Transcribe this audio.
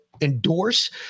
endorse